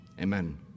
Amen